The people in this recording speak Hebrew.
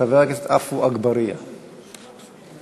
חבר הכנסת עפו אגבאריה, בבקשה.